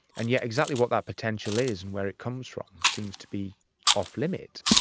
and yet exactly what that potential is and where it comes from seems to be off limits.